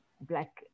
black